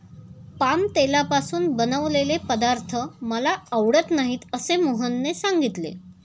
palm तेलापासून बनवलेले पदार्थ मला आवडत नाहीत असे मोहनने सांगितले